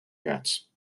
ghats